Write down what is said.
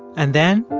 and then